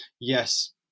yes